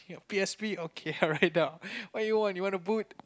P_S_P okay I write down what do you want you want a book